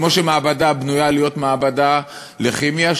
כמו שמעבדה בנויה להיות מעבדה לכימיה,